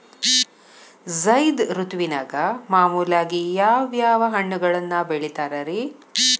ಝೈದ್ ಋತುವಿನಾಗ ಮಾಮೂಲಾಗಿ ಯಾವ್ಯಾವ ಹಣ್ಣುಗಳನ್ನ ಬೆಳಿತಾರ ರೇ?